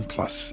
Plus